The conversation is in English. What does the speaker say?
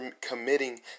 committing